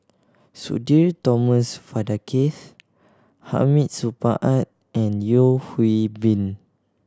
Sudhir Thomas Vadaketh Hamid Supaat and Yeo Hwee Bin